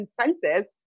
consensus